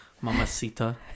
Mamacita